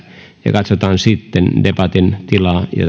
ja katsotaan sitten debatin tilaa ja